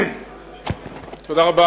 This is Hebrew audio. תודה רבה.